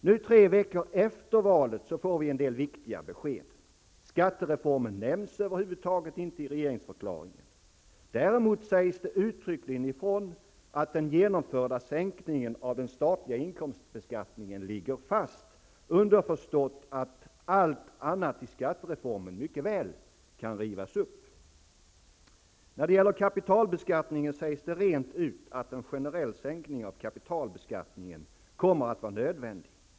Nu, några veckor efter valet, får vi en del viktiga besked. Skattereformen nämns över huvud taget inte i regeringsförklaringen. Däremot sägs det uttryckligen ifrån, att ''den genomförda sänkningen av den statliga inkomstbeskattningen ligger fast''. Underförstått: Allt annat i skattereformen kan mycket väl rivas upp. När det gäller kapitalbeskattningen sägs det rent ut att en generell sänkning av kapitalbeskattningen kommer att vara nödvändig.